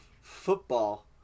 football